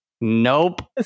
nope